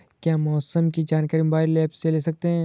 क्या मौसम की जानकारी मोबाइल ऐप से ले सकते हैं?